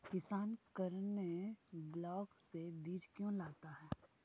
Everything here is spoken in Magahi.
किसान करने ब्लाक से बीज क्यों लाता है?